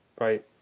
right